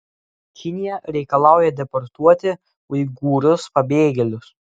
kinija reikalauja deportuoti uigūrus pabėgėlius